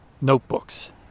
notebooks